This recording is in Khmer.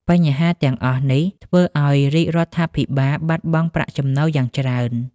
បញ្ហាទាំងអស់នេះធ្វើឲ្យរាជរដ្ឋាភិបាលបាត់បង់ប្រាក់ចំណូលយ៉ាងច្រើន។